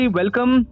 welcome